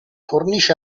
cornice